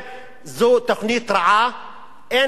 זו תוכנית רעה, אין לכפות אותה.